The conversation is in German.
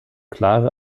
klare